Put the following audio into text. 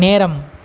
நேரம்